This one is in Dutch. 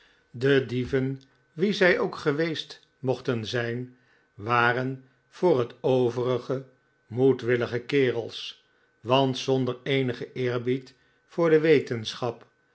de dieven wie zij ook geweest mochten zijn waren voor het overige moedwillige kerels want zonder eenigen eerbied voorde wetenschap